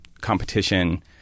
competition